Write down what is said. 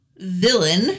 Villain